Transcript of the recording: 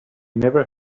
never